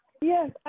Yes